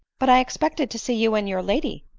but i expected to see you and your lady,